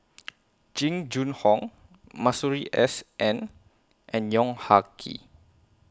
Jing Jun Hong Masuri S N and Yong Ah Kee